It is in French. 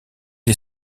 est